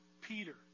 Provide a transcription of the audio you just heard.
Peter